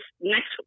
next